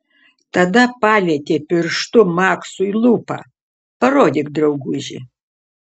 tada palietė pirštu maksui lūpą parodyk drauguži